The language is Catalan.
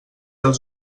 els